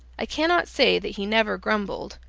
i cannot say that he never grumbled,